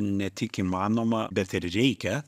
ne tik įmanoma bet ir reikia